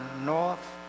north